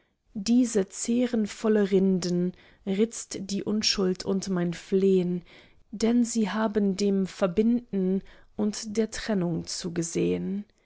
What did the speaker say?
diese zährenvolle rinden ritzt die unschuld und mein flehn denn sie haben dem verbinden und der trennung zugesehn